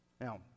Now